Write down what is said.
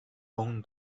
own